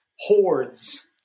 Hordes